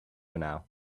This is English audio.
now